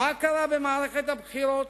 מה קרה במערכת הבחירות